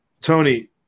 Tony